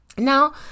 Now